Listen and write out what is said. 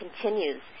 continues